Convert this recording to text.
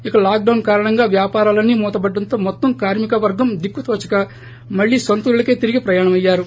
ఇక lockdown కారణంగా వ్యాపారాలన్నీ మూతపడ్డంతో మొత్తం కార్మిక వర్గం దిక్కు తోచక మళ్ళీ నొంతూళ్ళకే తిరిగి ప్రయాణమయ్యారు